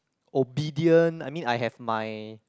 obedient I mean I have my